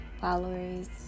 followers